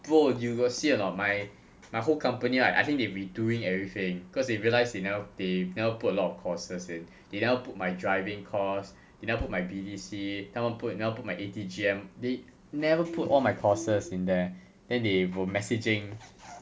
bro you got see or not my my whole company right I think they redoing everything cause they realised they never they never put a lot of my courses in they never put my driving course they never put my B_D_C never put never put my A_T_G_M they never put all my courses in there then they were messaging